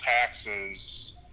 taxes